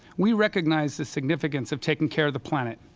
we recognize the significance of taking care of the planet.